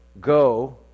go